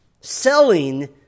Selling